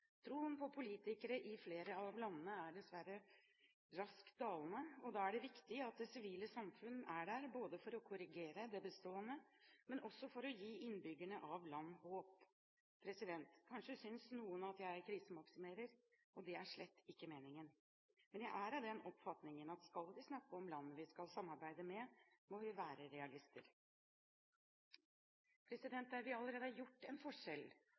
Troen på politikere i flere av landene er dessverre raskt dalende, og da er det viktig at det sivile samfunn er der ikke bare for å korrigere det bestående, men også for å gi innbyggerne av land håp. Kanskje synes noen at jeg krisemaksimerer, og det er slett ikke meningen. Men jeg er av den oppfatningen at skal vi snakke om land vi skal samarbeide med, må vi være realister. Der vi allerede har gjort en forskjell,